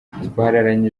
twararanye